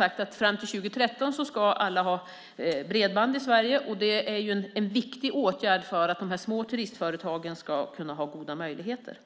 År 2013 ska alla ha tillgång till bredband i Sverige. Det är en viktig åtgärd för att de små turistföretagen ska ha goda möjligheter.